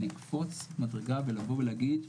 לקפוץ מדרגה ולבוא ולהגיד,